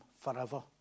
forever